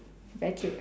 very cute